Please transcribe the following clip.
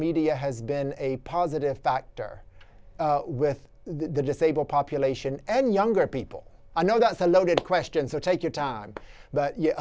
media has been a positive factor with the disabled population any younger people i know that's a loaded question so take your time but